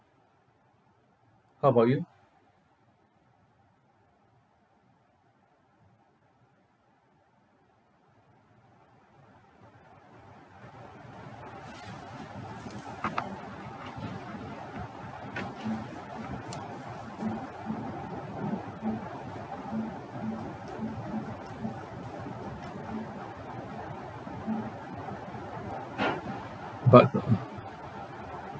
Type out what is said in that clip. how about you but